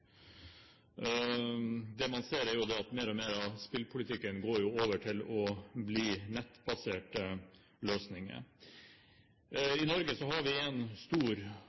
Det man ser, er at mer og mer av spillene går over til å bli nettbaserte løsninger. I Norge har vi en stor